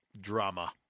drama